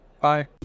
bye